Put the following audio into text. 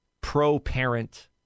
pro-parent